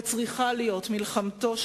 וצריכה להיות מלחמתו,